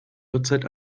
uhrzeit